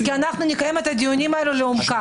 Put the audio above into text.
אנחנו נקיים את הדיונים האלה לעומקם,